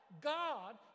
God